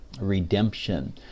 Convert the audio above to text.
redemption